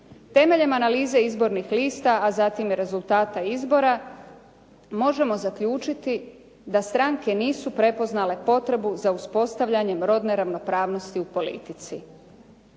Temeljem analize izbornih lista, a zatim i rezultata izbora, možemo zaključiti da stranke nisu prepoznale potrebu za uspostavljanjem rodne ravnopravnosti u politici.